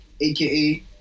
aka